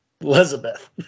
Elizabeth